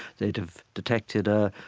they'd have detected, ah,